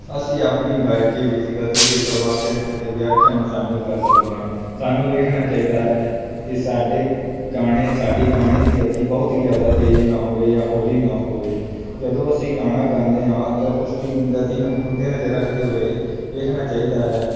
ਅਸੀਂ ਆਪਣੀ ਗਾਇਕੀ ਵਿੱਚ ਗਤੀਸ਼ੀਲਤਾ ਵਾਕੰਸ਼ ਅਤੇ ਵਿਆਖਿਆ ਨੂੰ ਸ਼ਾਮਲ ਕਰ ਸਕਦੇ ਹਾਂ ਸਾਨੂੰ ਵੇਖਣਾ ਚਾਹੀਦਾ ਹੈ ਕਿ ਸਾਡੇ ਗਾਣੇ ਸਾਡੀ ਗਾਣੇ ਦੀ ਗਤੀ ਬਹੁਤ ਹੀ ਜ਼ਿਆਦਾ ਤੇਜ਼ ਨਾ ਹੋਵੇ ਜਾਂ ਹੌਲੀ ਨਾ ਹੋਵੇ ਜਦੋਂ ਅਸੀਂ ਗਾਣਾ ਗਾਉਂਦੇ ਹਾਂ ਤਾਂ ਉਸਦੀ ਗਤੀ ਨੂੰ ਮੱਦੇ ਨਜ਼ਰ ਰੱਖਦੇ ਹੋਏ ਵੇਖਣਾ ਚਾਹੀਦਾ ਹੈ